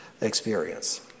experience